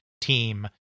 team